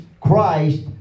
Christ